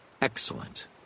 excellent